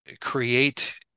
create